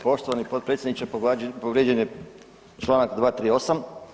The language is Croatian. Poštovani potpredsjedniče povrijeđen je članak 238.